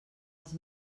els